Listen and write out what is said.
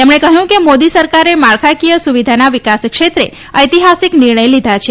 તેમણે કહ્યું કે મોદી સરકારે માળખાકીય સુવિધાના વિકાસ ક્ષેત્રે ઐતિહાસિક નિર્ણય લીધા છે